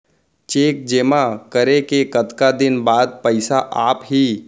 Cheque जेमा करे के कतका दिन बाद पइसा आप ही?